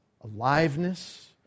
aliveness